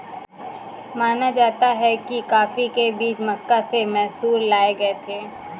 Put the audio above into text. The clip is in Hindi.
माना जाता है कि कॉफी के बीज मक्का से मैसूर लाए गए थे